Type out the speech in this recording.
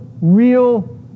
real